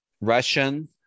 Russian